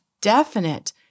definite